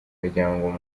miryango